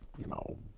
you know,